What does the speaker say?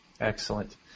Excellent